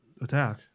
attack